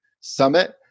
summit